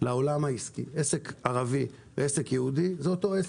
לעולם העסקי, עסק ערבי ועסק יהודי זה אותו עסק.